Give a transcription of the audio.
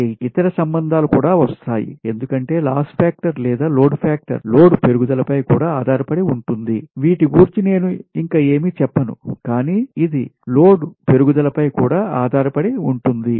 8 ఇతర సంబంధాలు కూడా వస్తాయి ఎందుకంటే లాస్ ఫాక్టర్ లేదా లోడ్ ఫాక్టర్ లోడ్ పెరుగుదలపై కూడా ఆధారపడి ఉంటుంది వీటి గూర్చినేను ఇంక ఏమీ చెప్పను కాని ఇది లోడ్ పెరుగుదలపై కూడా ఆధారపడి ఉంటుంది